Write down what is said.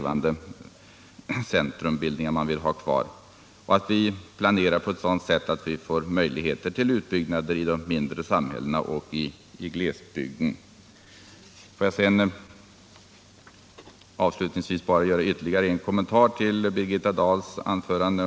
Vi bör även planera på ett sådant sätt att det blir möjligt att bygga ut i de mindre samhällena och i glesbygden. Får jag avslutningsvis göra ännu en kommentar till Birgitta Dahls anförande.